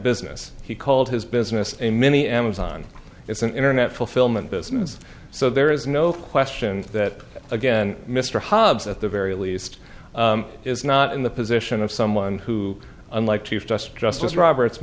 business he called his business a mini amazon it's an internet fulfillment business so there is no question that again mr hobbs at the very least is not in the position of someone who unlike chief justice justice roberts